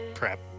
prep